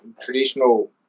traditional